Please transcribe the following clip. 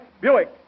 Buick